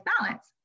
balance